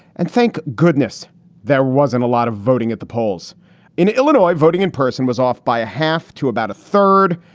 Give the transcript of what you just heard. and thank goodness there wasn't a lot of voting at the polls in illinois. voting in person was off by a half to about a third.